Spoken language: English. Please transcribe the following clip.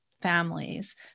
families